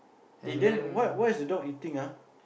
eh then what what is the dog eating ah